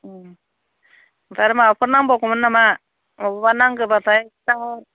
ओमफ्राय आरो माबाफोर नांबावगौमोन नामा माबा नांगौ बाथाय खिथाहर